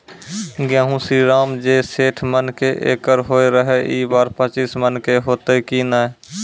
गेहूँ श्रीराम जे सैठ मन के एकरऽ होय रहे ई बार पचीस मन के होते कि नेय?